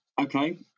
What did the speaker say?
Okay